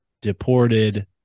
deported